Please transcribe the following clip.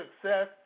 success